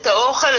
את האוכל,